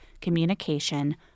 communication